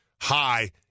high